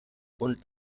und